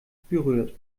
berührt